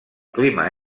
clima